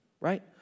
right